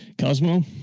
Cosmo